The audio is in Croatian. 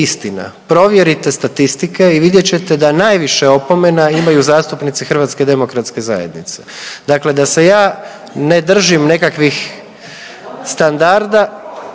istina. Provjerite statistike i vidjet ćete da najviše opomena imaju zastupnici HDZ-a. Dakle, da se ja ne držim nekakvih standarda